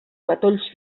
matolls